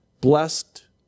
blessed